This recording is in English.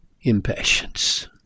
impatience